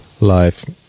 life